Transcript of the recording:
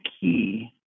key